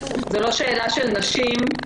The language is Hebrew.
זה לא שאלה של נשים,